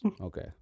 Okay